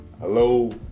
Hello